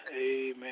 Amen